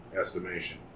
estimation